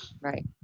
Right